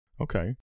Okay